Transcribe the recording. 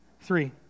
Three